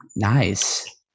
Nice